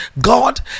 God